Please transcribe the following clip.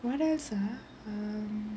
what else ah um